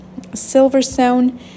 Silverstone